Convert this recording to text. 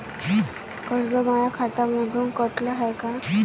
कर्ज माया खात्यामंधून कटलं हाय का?